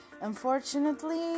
Unfortunately